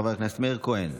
חבר הכנסת מאיר כהן,